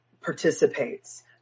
participates